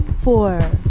four